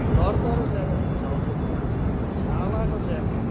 लरतरो ज्याकेटले चल्दैन छालाको ज्याकेट